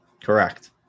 Correct